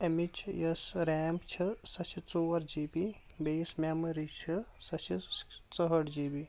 امِچ یۄس ریم چھٕ سۄ چھ ژور جی بی بیٚیہِ یُس میموری چھٕ سۄ چھٕ ژُہٲٹھ جی بی